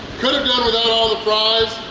could've done without all the fries,